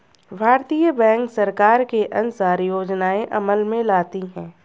भारतीय बैंक सरकार के अनुसार योजनाएं अमल में लाती है